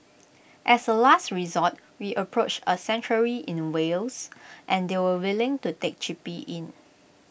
as A last resort we approached A sanctuary in Wales and they were willing to take chippy in